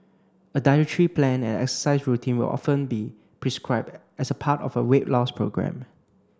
a dietary plan and exercise routine will often be prescribed as a part of a weight loss programme